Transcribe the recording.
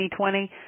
2020